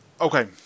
Okay